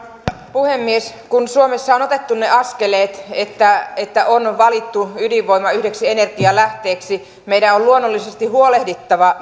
puhemies kun suomessa on otettu ne askeleet että että on valittu ydinvoima yhdeksi energialähteeksi meidän on luonnollisesti huolehdittava